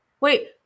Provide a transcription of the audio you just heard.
Wait